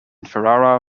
ferrara